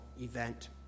event